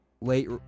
late